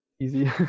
easy